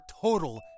total